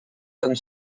comme